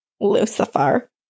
Lucifer